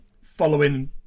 following